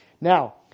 Now